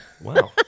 Wow